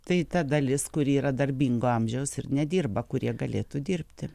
tai ta dalis kuri yra darbingo amžiaus ir nedirba kurie galėtų dirbti